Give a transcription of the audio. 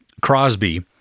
Crosby